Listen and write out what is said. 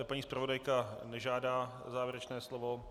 Paní zpravodajka nežádá o závěrečné slovo.